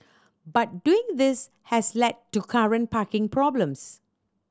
but doing this has led to current parking problems